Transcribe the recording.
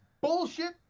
bullshit